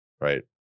right